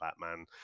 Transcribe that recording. Batman